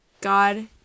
God